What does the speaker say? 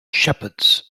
shepherds